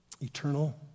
Eternal